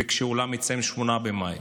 כשהעולם מציין ב-8 במאי.